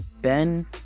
Ben